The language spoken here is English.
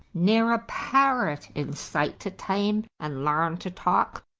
n'er a parrot in sight to tame and larn to talk.